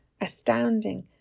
Astounding